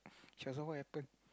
she ask what happen